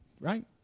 right